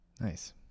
Nice